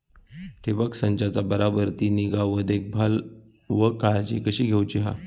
ठिबक संचाचा बराबर ती निगा व देखभाल व काळजी कशी घेऊची हा?